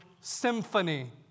symphony